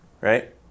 right